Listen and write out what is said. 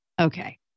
Okay